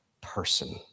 person